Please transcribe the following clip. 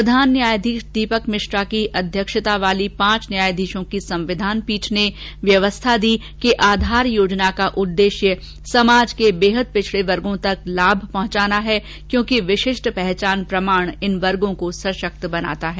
प्रधान न्यायाधीश दीपक मिश्रा की अध्यक्षता वाली पांच न्यायाधीशों की संविधान पीठ ने व्यवस्था दी कि आधार योजना का उद्देश्य समाज के बेहद पिछड़े वर्गो तक लाभ पहुंचाना है क्योंकि विशिष्ट पहचान प्रमाण इन वर्गों को सशक्त बनाता है